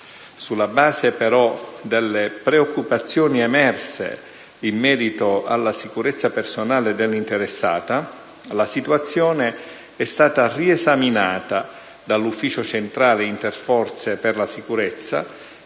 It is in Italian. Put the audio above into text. Sulla base però delle preoccupazioni emerse in merito alla sicurezza personale dell'interessata, la situazione è stata riesaminata dall'Ufficio centrale interforze per la sicurezza,